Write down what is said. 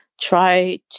Try